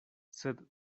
sed